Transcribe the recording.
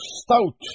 stout